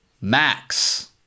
Max